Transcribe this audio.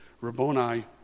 Rabboni